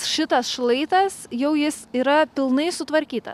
šitas šlaitas jau jis yra pilnai sutvarkyta